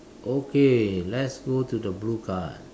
okay let's go to the blue card